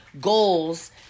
goals